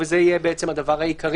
וזה יהיה בעצם הדבר העיקרי.